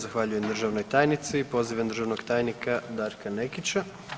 Zahvaljujem državnoj tajnici i pozivam državnog tajnika Darka Nekića.